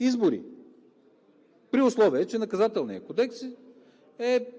избори, при условие че Наказателният кодекс е